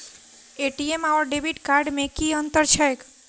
ATM आओर debit card मे की अंतर छैक?